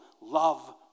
love